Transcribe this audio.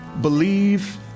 believe